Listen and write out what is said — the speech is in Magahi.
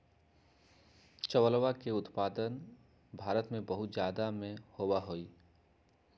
चावलवा के उत्पादन भारत में बहुत जादा में होबा हई